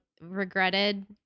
regretted